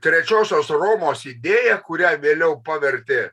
trečiosios romos idėja kurią vėliau pavertė